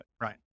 Right